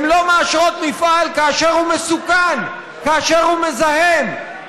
הן לא מאשרות מפעל כאשר הוא מסוכן, כאשר הוא מזהם.